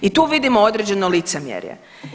I tu vidimo određeno licemjerje.